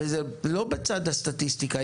זה לא בצד הסטטיסטיקה,